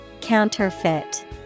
Counterfeit